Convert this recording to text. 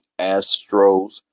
Astros